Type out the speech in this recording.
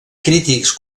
crítics